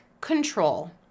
control